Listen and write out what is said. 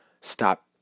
Stop